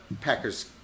Packers